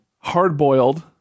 Hard-boiled